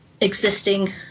existing